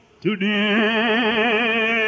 today